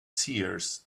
seers